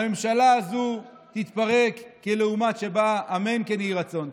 הממשלה הזאת תתפרק כלעומת שבאה, אמן כן יהי רצון.